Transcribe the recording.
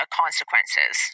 consequences